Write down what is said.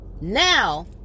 now